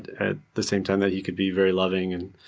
at the same time that he could be very loving and